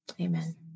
Amen